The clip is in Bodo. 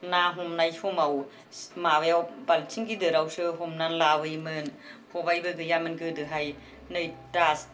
ना हमनाय समाव माबायाव बालथिं गेदेरावसो हमना लाबोयोमोन खबाइबो गैयामोन गोदोहाय नै दासो